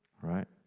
Right